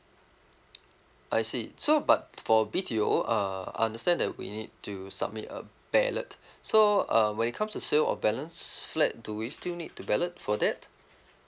I see so but for B_T_O uh understand that we need to submit a ballot so uh when it comes to sales of balance flat do we still need to ballot for that